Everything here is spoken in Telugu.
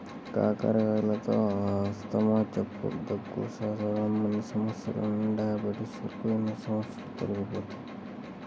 కాకరకాయలతో ఆస్తమా, జలుబు, దగ్గు, శ్వాస సంబంధిత సమస్యల నుండి డయాబెటిస్ వరకు ఎన్నో సమస్యలు తొలగిపోతాయి